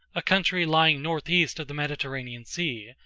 a country lying northeast of the mediterranean sea,